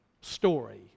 story